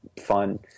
fun